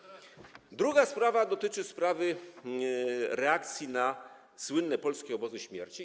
Druga sprawa dotyczy reakcji na słynne „polskie obozy śmierci”